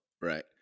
right